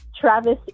Travis